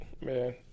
man